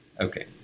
Okay